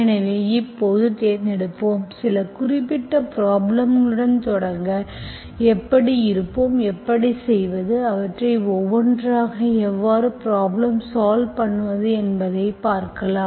எனவே இப்போது தேர்ந்தெடுப்போம் சில குறிப்பிட்ட ப்ரப்ளேம்ல்களுடன் தொடங்க எப்படி இருப்போம் எப்படி செய்வது அவற்றை ஒவ்வொன்றாக எவ்வாறு ப்ரப்ளேம் சால்வ் பண்ணுவது என்பதை பார்க்கலாம்